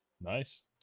nice